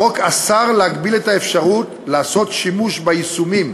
החוק אסר להגביל את האפשרות לעשות שימוש ביישומים